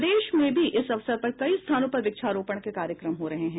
प्रदेश में भी इस अवसर पर कई स्थानों पर व्क्षारोपण के कार्यक्रम हो रहे हैं